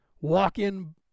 walk-in